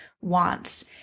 wants